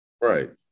Right